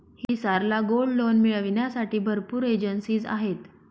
हिसार ला gold loan मिळविण्यासाठी भरपूर एजेंसीज आहेत